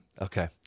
Okay